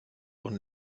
und